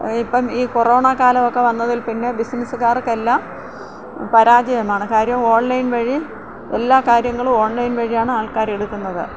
ഇപ്പം ഈ കൊറോണ കാലമൊക്ക വന്നതിൽ പിന്നെ ബിസിനസുകാർക്ക് എല്ലാം പരാജയമാണ് കാര്യം ഓൺലൈൻ വഴി എല്ലാ കാര്യങ്ങളും ഓൺലൈൻ വഴിയാണ് ആൾക്കാരെ എടുക്കുന്നത്